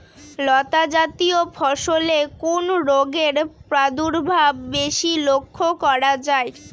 লতাজাতীয় ফসলে কোন রোগের প্রাদুর্ভাব বেশি লক্ষ্য করা যায়?